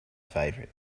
favorite